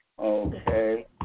Okay